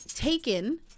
Taken